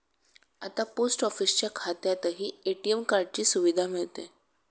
आता पोस्ट ऑफिसच्या खात्यातही ए.टी.एम कार्डाची सुविधा मिळते